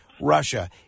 Russia